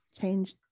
change